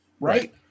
Right